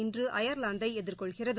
இன்று அயர்லாந்தை எதிர்கொள்கிறது